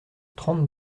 trente